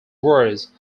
words